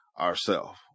Ourself